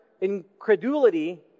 incredulity